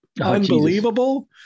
unbelievable